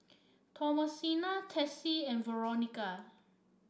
Thomasina Tessie and Veronica